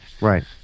right